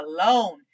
alone